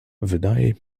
wydaje